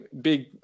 big